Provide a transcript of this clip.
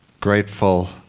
grateful